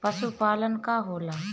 पशुपलन का होला?